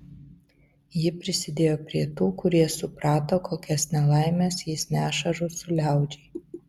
ji prisidėjo prie tų kurie suprato kokias nelaimes jis neša rusų liaudžiai